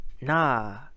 Nah